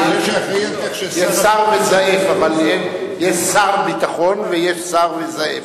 יש שר ביטחון ויש סר וזעף.